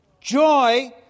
joy